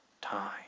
time